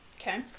Okay